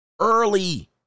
early